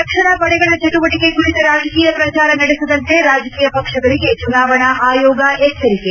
ರಕ್ಷಣಾ ಪಡೆಗಳ ಚಟುವಟಿಕೆ ಕುರಿತ ರಾಜಕೀಯ ಪ್ರಚಾರ ನಡೆಸದಂತೆ ರಾಜಕೀಯ ಪಕ್ಷಗಳಿಗೆ ಚುನಾವಣಾ ಆಯೋಗ ಎಚ್ಚರಿಕೆ